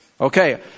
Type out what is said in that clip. Okay